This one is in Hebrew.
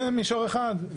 זה מישור אחד.